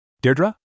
Deirdre